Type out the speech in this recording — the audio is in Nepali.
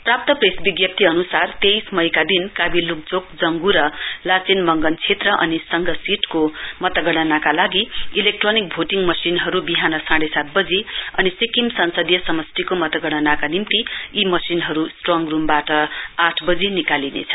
प्राप्त प्रेस विज्ञाप्ती अन्सार तेइस मईका दिन कावी लुङच्ङजंग् लाचेन मंगन क्षेत्र अनि संघ सीटको मतगणनाका लागि इलेक्ट्रोनिक भोटिङ मशिनहरु विहान साँढे सात वजी अनि सिक्किम संसदीय समस्टिको मतगणनाका निम्ति यी मशिनहरु स्ट्रङ रुमबाट आठ वजी निकालिनेछ